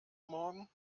morgen